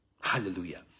Hallelujah